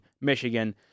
Michigan